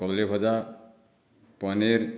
କଦଳୀ ଭଜା ପନିର୍